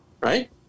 right